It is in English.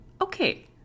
okay